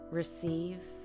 receive